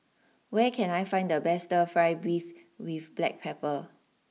where can I find the best Fry Beef with Black Pepper